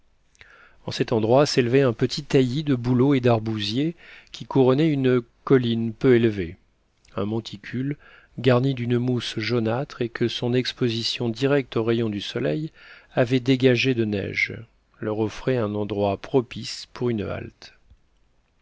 en cet endroit s'élevait un petit taillis de bouleaux et d'arbousiers qui couronnait une colline peu élevée un monticule garni d'une mousse jaunâtre et que son exposition directe aux rayons du soleil avait dégagé de neige leur offrait un endroit propice pour une halte